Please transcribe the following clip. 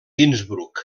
innsbruck